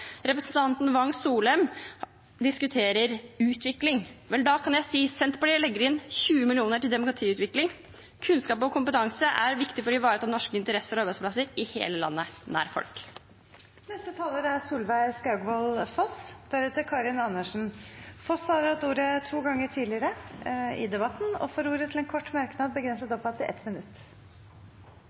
Representanten Wang Soleim diskuterer utvikling. Vel, da kan jeg si at Senterpartiet legger inn 20 mill. kr til demokratiutvikling. Kunnskap og kompetanse er viktig for å ivareta norske interesser og arbeidsplasser, i hele landet, nær folk. Representanten Solveig Skaugvoll Foss har hatt ordet to ganger tidligere og får ordet til en kort merknad, begrenset til 1 minutt.